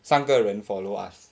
三个人 follow us